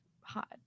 hot